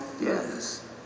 Yes